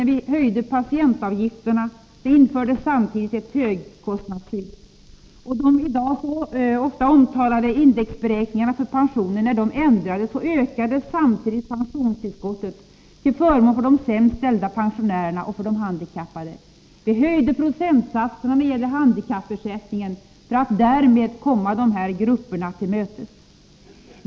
När vi höjde patientavgifterna infördes samtidigt ett högkostnadsskydd. När de i dag så ofta omtalade indexberäkningarna för pensionerna ändrades, ökades samtidigt pensionstillskotten, till förmån för de sämst ställda pensionärerna och de handikappade. Vi höjde procentsatsen vad gäller handikappersättningen för att därmed komma de här grupperna till mötes.